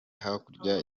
hakurya